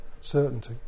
certainty